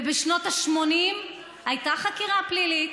ובשנות ה-80 הייתה חקירה פלילית,